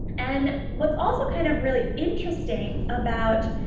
and what's also kind of really interesting about